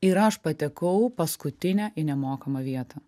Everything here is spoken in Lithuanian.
ir aš patekau paskutinė į nemokamą vietą